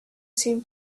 seemed